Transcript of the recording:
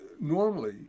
normally